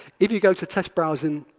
if you go to touch browsing,